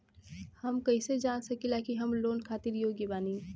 हम कईसे जान सकिला कि हम लोन खातिर योग्य बानी?